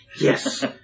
yes